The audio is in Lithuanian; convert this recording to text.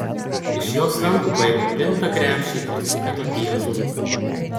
iš jos rankų paimu pintą krepšį ir sukame į ąžuolyną